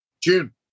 June